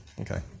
Okay